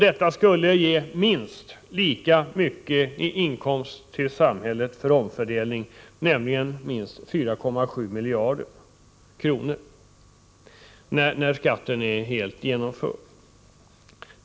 Detta skulle ge minst lika mycket i inkomst till samhället för omfördelning, nämligen lägst 4,7 miljarder kronor när skatten är helt genomförd.